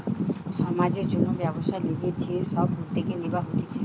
সমাজের জন্যে ব্যবসার লিগে যে সব উদ্যোগ নিবা হতিছে